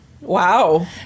Wow